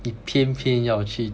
你偏偏要去